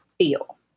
feel